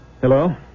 Hello